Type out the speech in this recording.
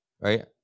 Right